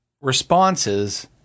responses